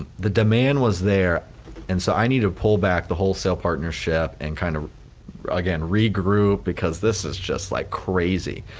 the demand was there and so i need to pull back the wholesale partnership and kinda, kind of again, regroup because this is just like crazy.